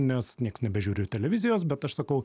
nes nieks nebežiūriu televizijos bet aš sakau